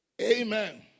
Amen